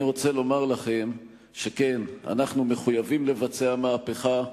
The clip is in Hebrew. אני רוצה לומר לכם שכן, אנחנו מחויבים לבצע מהפכה,